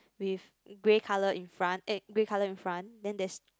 with grey color in front eh grey color in front then there is